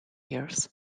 years